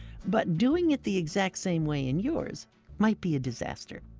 but doing it the exact same way in yours might be a disaster.